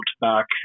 back